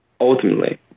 ultimately